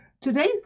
Today's